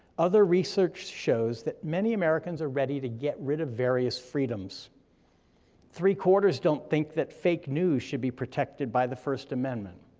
other research shows that many americans are ready to get rid of various freedoms three quarters don't think that fake news should be protected by the first amendment.